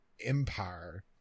empire